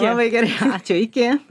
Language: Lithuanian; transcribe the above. labai gerai ačiū iki